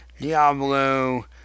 Diablo